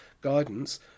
guidance